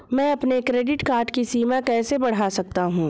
मैं अपने credit card की सीमा कैसे बढ़ा सकता हूँ?